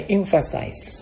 emphasize